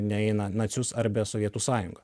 ne į na nacius arbe sovietų sąjungą